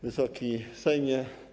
Wysoki Sejmie!